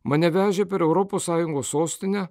mane vežė per europos sąjungos sostinę